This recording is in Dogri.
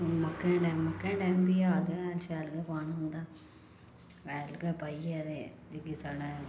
मक्कें दे टैम बी मक्कां टैम बी हैल शैल गै पाना होंदा हैल गै पाइयै ते जेह्के साढ़ै